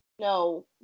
No